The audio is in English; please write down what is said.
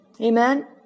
amen